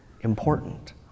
important